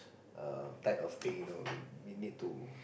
err type of pay you know it we need to